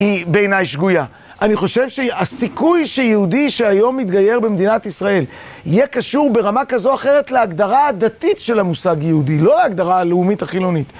היא בעיניי שגויה. אני חושב שהסיכוי שיהודי שהיום מתגייר במדינת ישראל יהיה קשור ברמה כזו או אחרת להגדרה הדתית של המושג יהודי, לא להגדרה הלאומית החילונית.